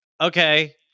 okay